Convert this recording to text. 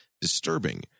disturbing